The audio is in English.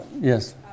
Yes